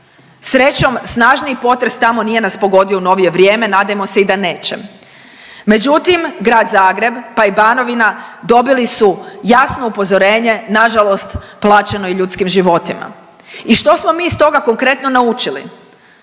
Srećom snažniji potres tamo nije nas pogodio u novije vrijeme, nadajmo se i da neće. Međutim, Grad Zagreb pa i Banovina dobili su jasno upozorenje nažalost plaćeno i ljudskim životima. I što smo mi iz toga konkretno naučili?